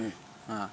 অঁ অঁ